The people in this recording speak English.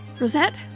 Rosette